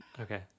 Okay